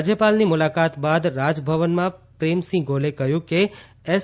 રાજ્યપાલની મુલાકાત બાદ રાજભવનમાં પ્રેમસિંહ ગોલેએ કહ્યું કે એસ